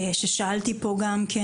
ששאלתי פה גם כן